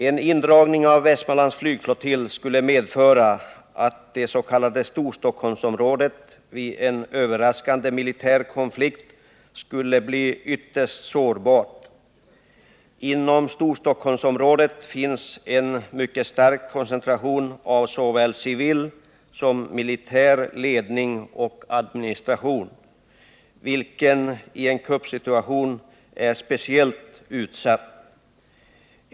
En indragning av Västmanlands flygflottilj skulle medföra att det s.k. Storstockholmsområdet vid en överraskande militär konflikt skulle bli ytterst sårbart. Inom Storstockholmsområdet finns en mycket stark koncentration av såväl civil som militär ledning och administration, vilken i en kuppsituation är speciellt utsatt.